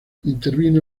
intervino